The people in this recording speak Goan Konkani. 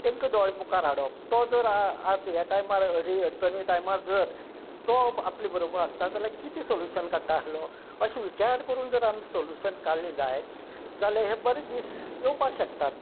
ते तांकां दोळ मुखार हाडप तो जर आज ह्या टायमार अडचणी टायमार जर तो आपले बरोबर आसता जाल्यार कितें सोल्यूशन काडटा आसलो अशे विचार करून जर आमी सोल्युशन काडले जाय जाल्यार हे बरें दीस येवपाक शकतात